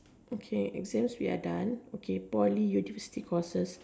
okay exams we are done okay Poly university courses